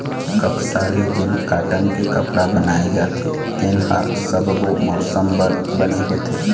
कपसा ले जेन कॉटन के कपड़ा बनाए जाथे तेन ह सब्बो मउसम बर बने होथे